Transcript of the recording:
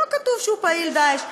לא כתוב שהוא פעיל "דאעש".